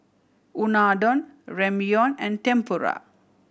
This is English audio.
Unadon Ramyeon and Tempura